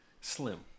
slim